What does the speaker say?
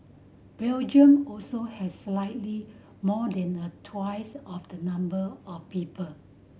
Belgium also has slightly more than a twice of the number of people